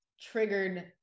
triggered